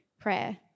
prayer